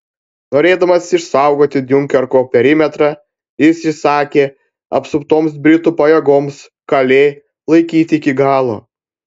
norėdamas išsaugoti diunkerko perimetrą jis įsakė apsuptoms britų pajėgoms kalė laikyti iki galo